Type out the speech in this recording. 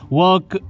work